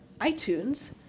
iTunes